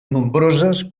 nombroses